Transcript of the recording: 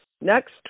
Next